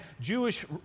Jewish